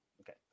Okay